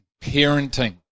parenting